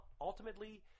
Ultimately